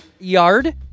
yard